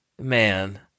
Man